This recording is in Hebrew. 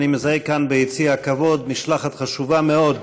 אני מזהה כאן ביציע הכבוד משלחת חשובה מאוד,